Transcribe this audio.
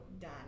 done